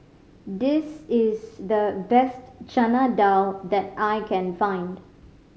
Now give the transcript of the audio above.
this is the best Chana Dal that I can find